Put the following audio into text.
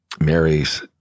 Mary's